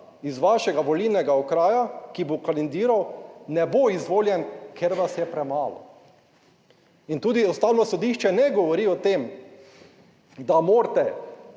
iz vašega volilnega okraja, ki bo kandidiral, ne bo izvoljen, ker vas je premalo. In tudi Ustavno sodišče ne govori o tem, da morate